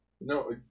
no